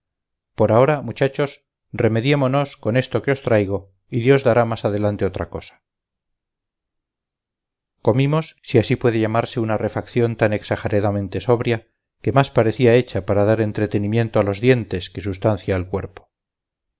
por ahora muchachos remediémonos con esto que os traigo y dios dará más adelante otra cosa comimos si así puede llamarse una refacción tan exageradamente sobria que más parecía hecha para dar entretenimiento a los dientes que sustancia al cuerpo